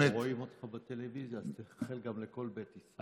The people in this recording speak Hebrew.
רואים אותך בטלוויזיה, אז תאחל גם לכל בית ישראל.